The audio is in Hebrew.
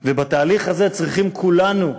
ובתהליך הזה צריכים כולנו,